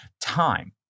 time